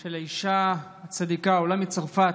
של האישה הצדיקה, עולה מצרפת,